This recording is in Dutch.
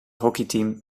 hockeyteam